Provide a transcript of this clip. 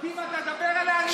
אם אתה תדבר אליי אני אענה לך.